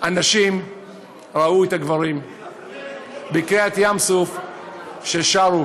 הנשים ראו את הגברים בקריעת ים-סוף שרים,